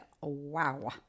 wow